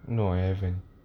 no I haven't